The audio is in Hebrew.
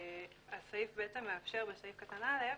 הסעיף מאפשר בסעיף קטן (א),